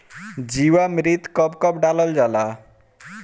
जीवामृत कब कब डालल जाला?